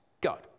God